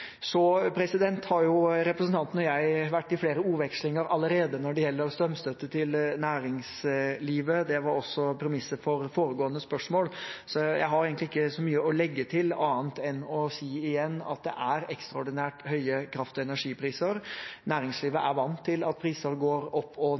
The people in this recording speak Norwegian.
Representanten og jeg har vært i flere ordvekslinger allerede når det gjelder strømstøtte til næringslivet. Det var også premisset for foregående spørsmål. Jeg har egentlig ikke så mye å legge til annet enn å si igjen at det er ekstraordinært høye kraft- og energipriser. Næringslivet